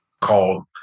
called